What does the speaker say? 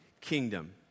Kingdom